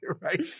Right